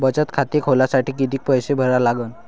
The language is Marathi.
बचत खाते खोलासाठी किती पैसे भरा लागन?